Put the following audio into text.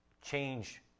change